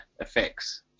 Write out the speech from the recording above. effects